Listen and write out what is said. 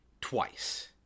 twice